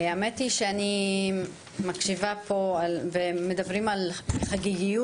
האמת היא שאני מקשיבה פה ומדברים על חגיגיות,